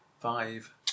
Five